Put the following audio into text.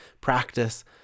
practice